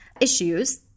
issues